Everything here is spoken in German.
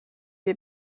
wir